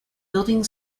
building